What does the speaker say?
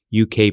UK